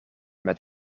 met